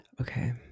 Okay